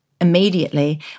immediately